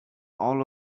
all